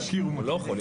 מוקיר ומכיר.